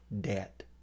debt